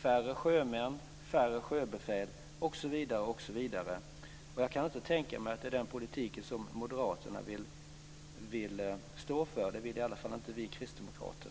färre sjömän, färre sjöbefäl osv. Jag kan inte tänka mig att det är den politik som moderaterna vill stå för. Det vill inte vi kristdemokrater.